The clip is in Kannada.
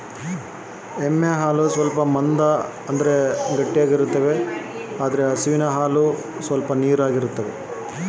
ಎಮ್ಮೆ ಹಾಲಿನಲ್ಲಿರುವ ಅಂಶಗಳು ಮತ್ತು ಹಸು ಹಾಲಿನಲ್ಲಿರುವ ಅಂಶಗಳಿಗಿಂತ ಹೇಗೆ ಭಿನ್ನವಾಗಿವೆ?